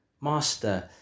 Master